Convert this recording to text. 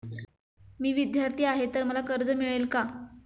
मी विद्यार्थी आहे तर मला कर्ज मिळेल का?